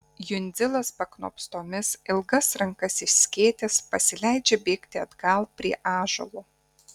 jundzilas paknopstomis ilgas rankas išskėtęs pasileidžia bėgti atgal prie ąžuolo